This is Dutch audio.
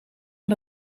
aan